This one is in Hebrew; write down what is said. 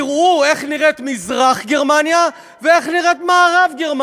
תראו איך נראית מזרח-גרמניה ואיך נראית מערב-גרמניה.